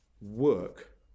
work